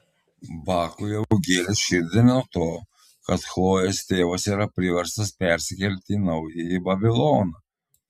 bakui jau gėlė širdį nuo to kad chlojės tėvas yra priverstas persikelti į naująjį babiloną